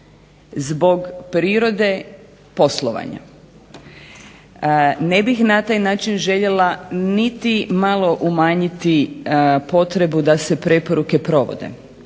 Zbog prirode poslovanja, ne bih na taj način željela niti malo umanjiti potrebu da se preporuke provode